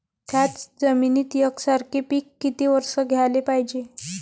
थ्याच जमिनीत यकसारखे पिकं किती वरसं घ्याले पायजे?